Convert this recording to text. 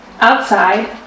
Outside